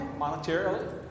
monetarily